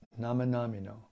Namanamino